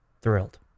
Thrilled